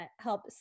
help